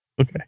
Okay